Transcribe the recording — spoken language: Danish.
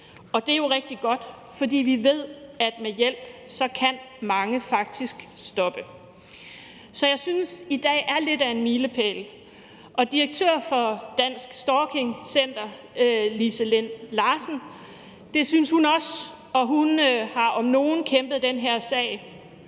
Det er jo rigtig godt, for vi ved, at med hjælp kan mange faktisk stoppe. Så jeg synes, at i dag er lidt af en milepæl. Det synes direktør for Dansk Stalking Center, Lise Linn Larsen, også, og hun har om nogen kæmpet for den her sag.